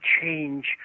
change